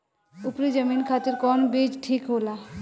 उपरी जमीन खातिर कौन बीज ठीक होला?